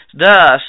Thus